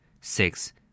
Six